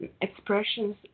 expressions